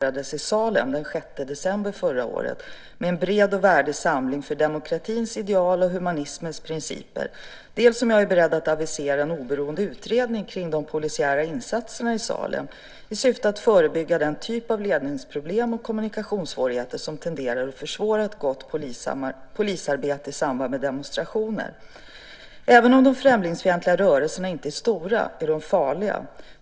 Fru talman! Gustav Fridolin har frågat mig dels hur jag ämnar agera för att möta den växande nazismen och högerextremismen, som manifesterades i Salem den 6 december, med en bred och värdig samling för demokratins ideal och humanismens principer, dels om jag är beredd att avisera en oberoende utredning kring de polisiära insatserna i Salem i syfte att förebygga den typ av ledningsproblem och kommunikationssvårigheter som tenderar att försvåra ett gott polisarbete i samband med demonstrationer. Även om de främlingsfientliga rörelserna inte är stora är de farliga.